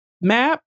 map